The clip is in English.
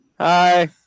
Hi